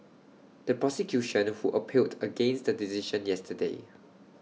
the prosecution who appealed against the decision yesterday